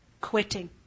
quitting